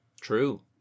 True